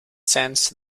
sense